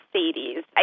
Sadie's